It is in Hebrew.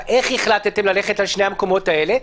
איך החלטת ללכת על שני המקומות האלה?